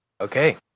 okay